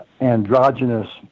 androgynous